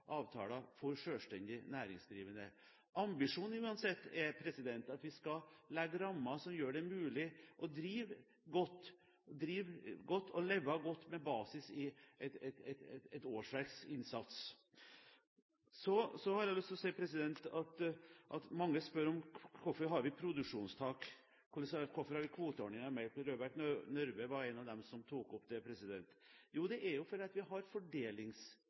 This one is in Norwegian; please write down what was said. avtaler for selvstendig næringsdrivende. Ambisjonen er uansett at vi skal legge rammer som gjør det mulig å drive godt og leve godt med basis i et årsverks innsats. Mange spør om hvorfor vi har produksjonstak, hvorfor vi har kvoteordninger når det gjelder melk. Representanten Røbekk Nørve var en av dem som tok opp det. Jo, det er fordi vi har